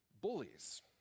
bullies